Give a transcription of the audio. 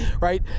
right